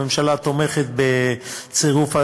הממשלה תומכת בצירוף,